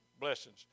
blessings